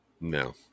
No